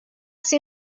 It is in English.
see